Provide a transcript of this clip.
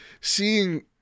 seeing